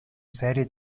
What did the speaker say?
serie